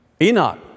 Enoch